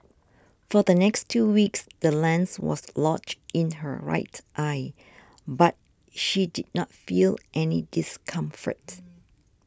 for the next two weeks the lens was lodged in her right eye but she did not feel any discomfort